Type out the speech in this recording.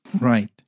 Right